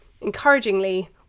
encouragingly